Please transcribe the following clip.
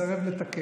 אתה מסרב לתקן.